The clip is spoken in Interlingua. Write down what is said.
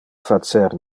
facer